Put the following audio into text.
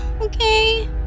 Okay